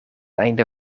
einde